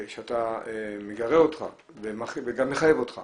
זה מגרה אותך וגם מחייב אותך